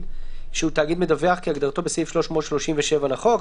שהוא תאגיד מדווח כהגדרתו בסעיף 337 לחוק,".